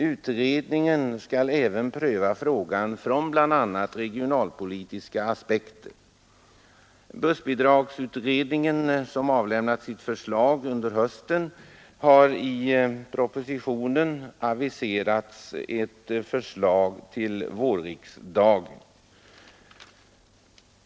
Utredningen skall även pröva frågorna från bl.a. regionalpolitiska aspekter. Bussbidragsutredningen har avlämnat sitt förslag under hösten, och i propositionen aviseras ett förslag till vårriksdagen.